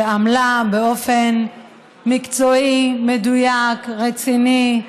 שעמלה באופן מקצועי, מדויק, רציני,